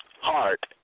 heart